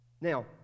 Now